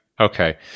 Okay